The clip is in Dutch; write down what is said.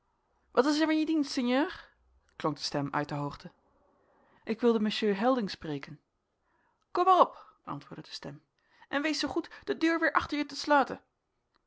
wat is er van je dienst sinjeur klonk de stem uit de hoogte ik wilde monsieur helding spreken kom maar op antwoordde de stem en wees zoo goed de deur weer achter je te sloiten